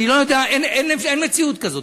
אין מציאות כזאת.